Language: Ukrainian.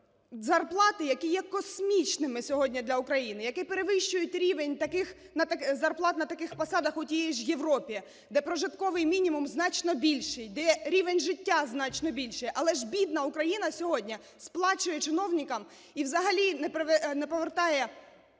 зарплати, які є космічними сьогодні для України, які перевищують рівень зарплат на таких посадах у тій же Європі, де прожитковий мінімум значно більший, де рівень життя значно більший. Але ж бідна Україна сьогодні сплачує чиновникам і взагалі не повертається